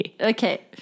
Okay